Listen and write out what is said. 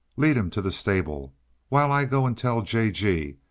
lead him to the stable while i go and tell j. g.